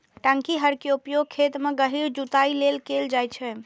टांकी हर के उपयोग खेत मे गहींर जुताइ लेल कैल जाइ छै